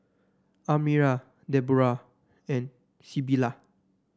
Almyra Debroah and Sybilla